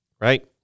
right